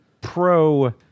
pro